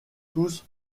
tous